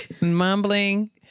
Mumbling